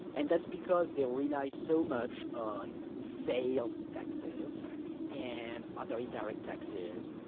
and that's because they rely so much on sales taxes and other indirect taxes,